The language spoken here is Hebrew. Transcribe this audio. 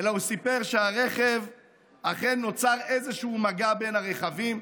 אלא סיפר שאכן נוצר איזשהו מגע בין הרכבים.